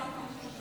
אדוני.